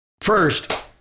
first